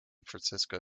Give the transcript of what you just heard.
francisco